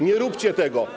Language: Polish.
Nie róbcie tego.